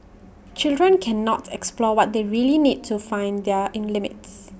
children cannot explore what they really need to find their in limits